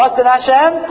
Hashem